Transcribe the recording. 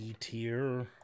Tier